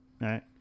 Right